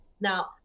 Now